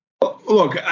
Look